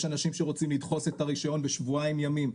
יש אנשים שרוצים לדחוס את הרישיון בשבועיים ימים.